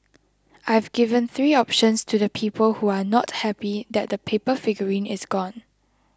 I've given three options to the people who are not happy that the paper figurine is gone